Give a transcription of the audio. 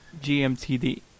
GMTD